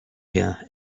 here